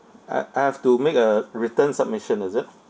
I I have to make a written submission is it